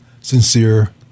sincere